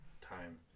time